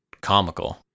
comical